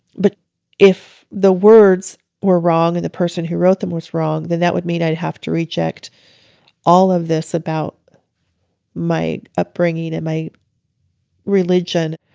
but if the words were wrong and the person who wrote them was wrong, then that would mean i'd have to reject all of this about my upbringing and my religion.